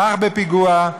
ככה בפיגוע,